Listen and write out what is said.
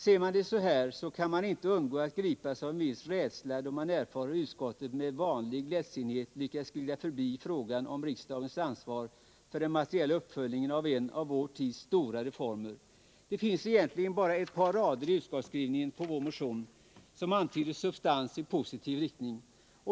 Ser man det så här, kan man inte undgå att gripas av en viss rädsla då man erfar hur utskottet med vanlig lättsinnighet lyckas glida förbi frågan om riksdagens ansvar för den materiella uppföljningen av en av vår tids stora reformer. Det finns egentligen bara ett par rader i utskottsskrivningen till vår motion som antyder substans i positiv riktning.